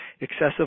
excessive